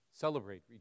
celebrate